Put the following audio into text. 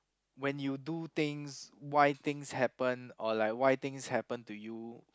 when you do things why things happen or like why things happen to you